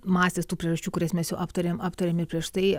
masės tų priežasčių kurias mes jau aptarėm aptarėm ir prieš tai